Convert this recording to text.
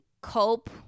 cope